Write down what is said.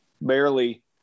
barely